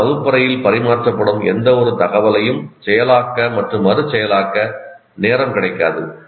இதனால் வகுப்பறையில் பரிமாறப்படும் எந்தவொரு தகவலையும் செயலாக்க மற்றும் மறுசெயலாக்க நேரம் கிடைக்காது